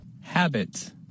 Habit